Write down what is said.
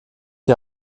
die